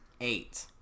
Eight